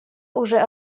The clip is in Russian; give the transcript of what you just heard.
уже